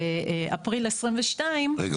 באפריל 2022. רגע,